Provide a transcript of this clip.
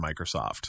Microsoft